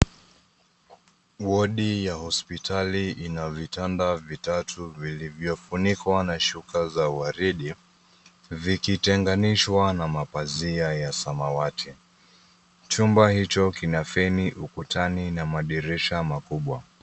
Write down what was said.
Wodi ya hospitali ina vitanda vitatu vilivyofunikwa na shuka za waridi, vikitengenishwa na mapazia ya samawati. Chumba hicho kina feni ukutani na madirisha makubwa.